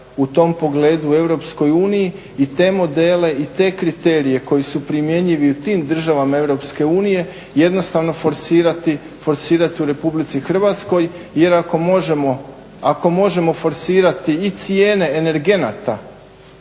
u tom pogledu EU i te modele i te kriterije koji su primjenjivi u tim državama EU jednostavno forsirati u RH jer ako možemo forsirati i cijene energenata